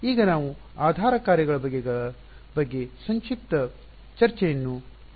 ಆದ್ದರಿಂದ ಈಗ ನಾವು ಆಧಾರ ಕಾರ್ಯಗಳ ಬಗೆಗಳ ಬಗ್ಗೆ ಸಂಕ್ಷಿಪ್ತ ಚರ್ಚೆಯನ್ನು ನಡೆಸುತ್ತೇವೆ